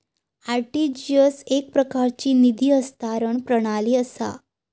RTGS एकप्रकारची निधी हस्तांतरण प्रणाली असा